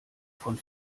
von